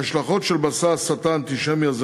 ההשלכות של מסע ההסתה האנטישמי הזה